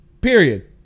Period